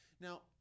Now